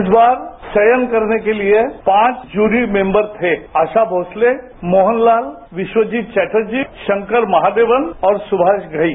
इस बार चयन करने के लिए पांच जूरी मेंबर थे आसा भॉसले मोहन लाल विस्वनजीत चौटर्जी संकर महादेवन और सुभाष घई